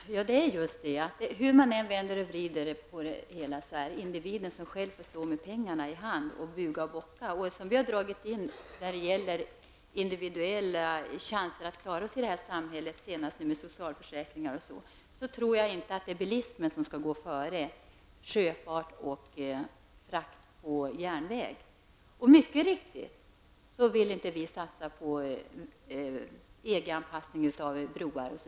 Herr talman! Det är just det att hur man än vrider och vänder på problemen så är det individen som får buga och bocka för att få pengar. Vi har nu måst dra in på socialförsäkringar och annat, och jag anser inte att bilismen i det läget skall gå före sjöfart och järnväg. Vi vill inte satsa på EG-anpassning av broar.